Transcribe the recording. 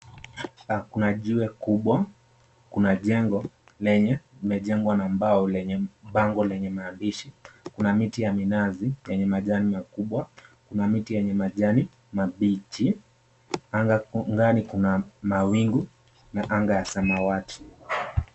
Kuna jiwe kubwa na kuna jengo lenye limejengwa na mbao lenye bango lenye maandishi. Kuna miti ya minazi yenye majani makubwa. Kuna miti yenye majani mabichi, na angani kuna mawingu na anga ya samawati.